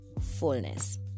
fullness